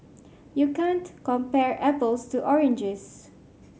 you can't compare apples to oranges